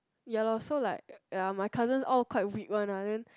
ya lor so like ya my cousins all quite weak one lah then